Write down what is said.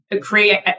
create